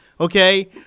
okay